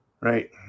Right